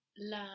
La